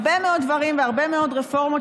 הרבה מאוד דברים והרבה מאוד רפורמות